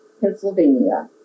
Pennsylvania